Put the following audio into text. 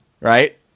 right